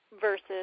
versus